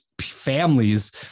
families